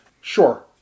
Sure